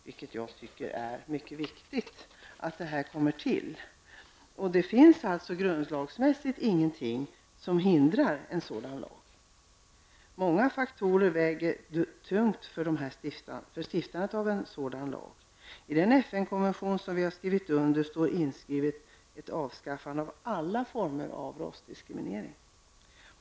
Jag tycker att det är mycket viktigt att så sker. Det finns grundlagsmässigt inget som hindrar en sådan lag. Många faktorer väger tungt för stiftande av en sådan lag. I den FN-konvention som vi har skrivit under står inskrivet att alla former av rasdiskriminering skall avskaffas.